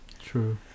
true